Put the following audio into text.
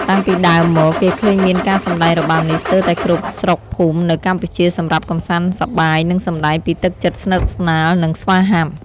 តាំងពីដើមមកគេឃើញមានការសម្ដែងរបាំនេះស្ទើតែគ្រប់ស្រុកភូមិនៅកម្ពុជាសម្រាប់កំសាន្តសប្បាយនិងសម្ដែងពីទឹកចិត្តស្និតស្នាលនិងស្វាហាប់។